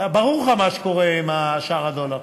ברור לך מה שקורה עם שער הדולר.